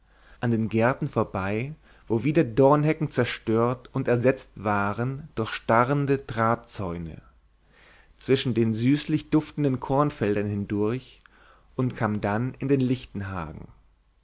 an den gärten vorbei wo wieder dornhecken zerstört und ersetzt waren durch starrende drahtzäune zwischen den süßlich duftenden kornfeldern hindurch und kam dann in den lichtenhagen